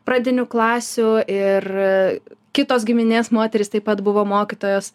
pradinių klasių ir kitos giminės moterys taip pat buvo mokytojos